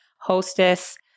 hostess